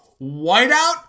Whiteout